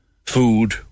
food